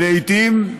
ולעיתים,